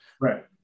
Right